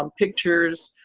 um pictures,